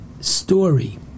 story